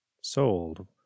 sold